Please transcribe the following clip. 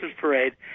Parade